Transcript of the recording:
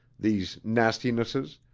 these nastinesses,